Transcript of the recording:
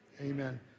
Amen